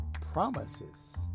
promises